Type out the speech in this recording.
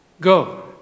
Go